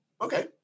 okay